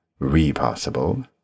Repossible